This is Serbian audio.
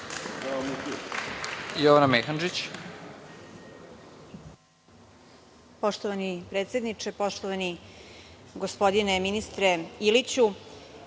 Jovana Mehandžić.